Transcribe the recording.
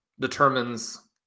determines